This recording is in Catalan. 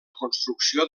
construcció